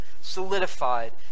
solidified